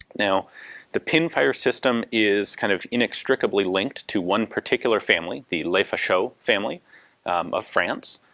now the pinfire system is kind of inextricably linked to one particular family, the lefacheaux family of france.